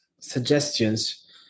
suggestions